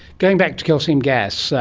going back to coal seam gas,